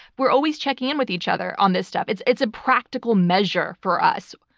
we're always checking in with each other on this stuff. it's it's a practical measure for us.